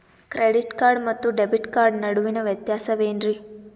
Credit card ಮತ್ತು debit card ನಡುವಿನ ವ್ಯತ್ಯಾಸ ವೇನ್ರೀ?